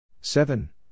Seven